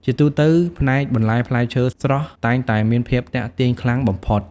ជាទូទៅ ផ្នែកបន្លែផ្លែឈើស្រស់តែងតែមានភាពទាក់ទាញខ្លាំងបំផុត។